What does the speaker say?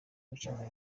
gukemura